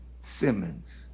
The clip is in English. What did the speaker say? Simmons